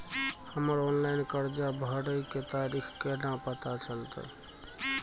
हमर ऑनलाइन कर्जा भरै के तारीख केना पता चलते?